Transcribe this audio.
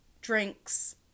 drinks